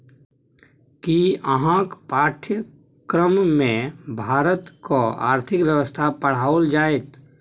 कि अहाँक पाठ्यक्रममे भारतक आर्थिक व्यवस्था पढ़ाओल जाएत?